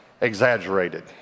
exaggerated